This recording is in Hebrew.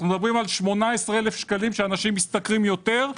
אנחנו מדברים על 18,000 שקלים שאנשי משתכרים יותר,